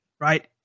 right